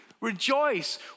Rejoice